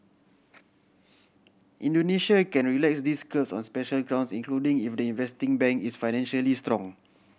Indonesia can relax these curbs on special grounds including if the investing bank is financially strong